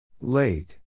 Late